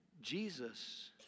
Jesus